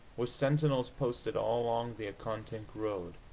with sentinels posted all along the accotink road.